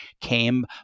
came